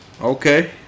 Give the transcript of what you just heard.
Okay